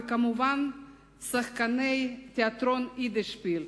וכמובן - שחקני תיאטרון ה"יידישפיל".